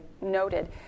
noted